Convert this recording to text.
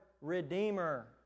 Redeemer